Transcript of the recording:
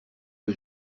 que